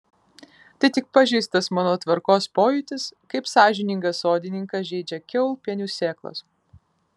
tai tik pažeistas mano tvarkos pojūtis kaip sąžiningą sodininką žeidžia kiaulpienių sėklos